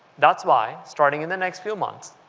that's why starting in the next few months